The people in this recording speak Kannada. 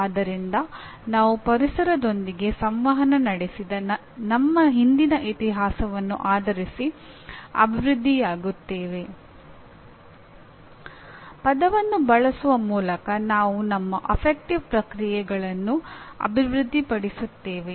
ಆದ್ದರಿಂದ ನಾವು ಪರಿಸರದೊಂದಿಗೆ ಸಂವಹನ ನಡೆಸಿದ ನಮ್ಮ ಹಿಂದಿನ ಇತಿಹಾಸವನ್ನು ಆಧರಿಸಿ ಅಭಿವೃದ್ಧಿಯಾಗುತ್ತೇವೆ ಪದವನ್ನು ಬಳಸುವ ಮೂಲಕ ನಾವು ನಮ್ಮ ಅಫೆಕ್ಟಿವ್ ಪ್ರತಿಕ್ರಿಯೆಗಳನ್ನು ಅಭಿವೃದ್ಧಿಪಡಿಸುತ್ತೇವೆ